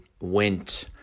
went